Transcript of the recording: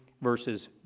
versus